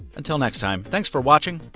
until next time, thanks for watching,